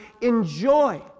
enjoy